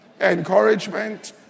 encouragement